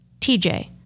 TJ